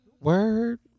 word